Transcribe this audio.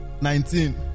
nineteen